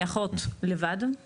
אני אחות לבד,